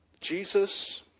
Jesus